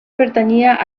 pertanyia